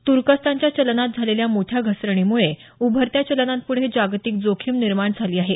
तुर्कस्तानच्या चलनात झालेल्या मोठ्या घसरणीमुळे उभरत्या चलनांपुढे जागतिक जोखिम निर्माण झाली आहे